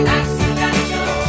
accidental